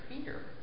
fear